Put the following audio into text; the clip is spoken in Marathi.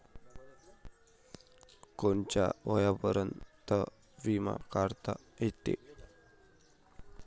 कोनच्या वयापर्यंत बिमा काढता येते?